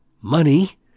money